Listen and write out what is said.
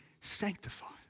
sanctified